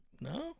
No